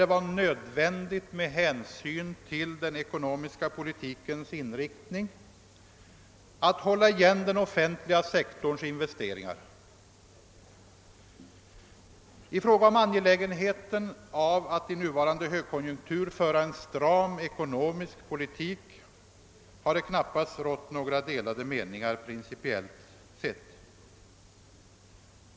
Det var nödvändigt med hänsyn till den ekonomiska politikens inriktning att hålla igen den offentliga sektorns investeringar, och i fråga om angelägenheten att i nuvarande högkonjunktur föra en stram ekonomisk politik har det knappast rått några delade meningar principiellt sett.